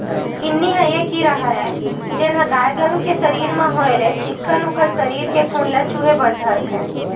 किन्नी ह ये कीरा हरय जेनहा गाय गरु के सरीर म होय ले चिक्कन उखर सरीर के खून ल चुहके बर धरथे